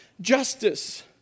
justice